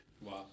Wow